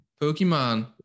Pokemon